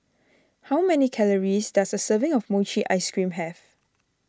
how many calories does a serving of Mochi Ice Cream have